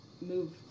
move